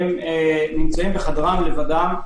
נמצאים בחדרם לבדם.